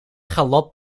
galop